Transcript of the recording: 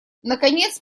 наконец